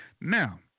Now